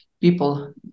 people